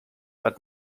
but